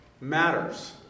matters